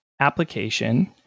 application